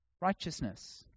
Righteousness